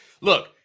Look